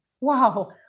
Wow